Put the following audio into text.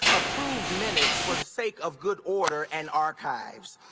approve minutes for the sake of good order and archives.